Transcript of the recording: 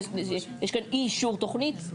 יש כאן אי אישור תוכנית,